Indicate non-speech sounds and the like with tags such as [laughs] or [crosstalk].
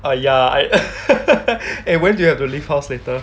ah ya I [laughs] eh where do you have to leave house later